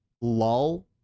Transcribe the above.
lull